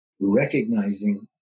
recognizing